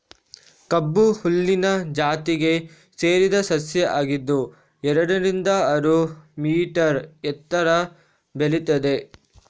ಕಬ್ಬು ಹುಲ್ಲಿನ ಜಾತಿಗೆ ಸೇರಿದ ಸಸ್ಯ ಆಗಿದ್ದು ಎರಡರಿಂದ ಆರು ಮೀಟರ್ ಎತ್ತರ ಬೆಳೀತದೆ